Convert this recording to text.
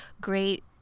great